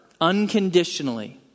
unconditionally